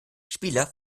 spieler